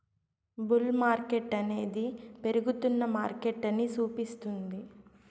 bull మార్కెట్టనేది పెరుగుతున్న మార్కెటని సూపిస్తుంది